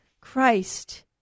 Christ